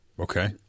Okay